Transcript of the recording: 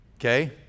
Okay